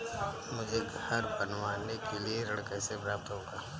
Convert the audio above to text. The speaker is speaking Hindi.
मुझे घर बनवाने के लिए ऋण कैसे प्राप्त होगा?